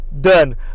done